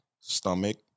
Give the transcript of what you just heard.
stomach